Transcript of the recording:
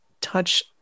touch